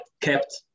kept